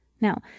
Now